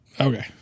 Okay